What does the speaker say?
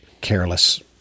careless